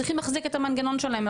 צריכים להחזיק את המנגנון שלהם,